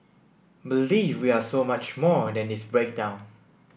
believe we are so much more than this breakdown